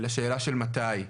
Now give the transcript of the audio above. אלא שאלה של מתי.